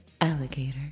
alligator